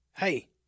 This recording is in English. Hey